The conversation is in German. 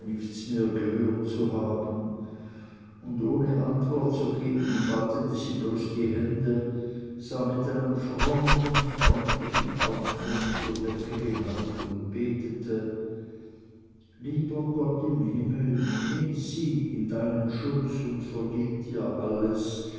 nichts mehr gehört zu haben und ohne antwort zu geben faltete sie bloß die hände sah mit einem frommen und freundlichen ausdruck zur decke hinauf und betete lieber gott im himmel nimm sie in deinen schutz und vergilt ihr alles